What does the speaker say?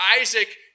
Isaac